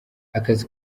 akazi